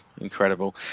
incredible